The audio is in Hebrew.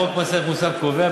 חוק מס ערך מוסף קובע,